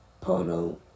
porno